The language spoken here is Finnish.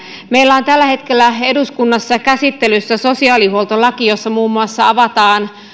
meillä on tällä hetkellä eduskunnassa käsittelyssä sosiaalihuoltolaki jossa muun muassa avataan